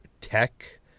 tech